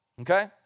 Okay